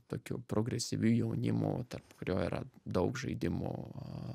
tokiu progresyviu jaunimu tarp kurio yra daug žaidimų